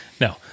No